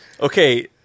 Okay